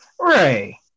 Right